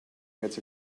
gets